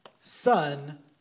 Son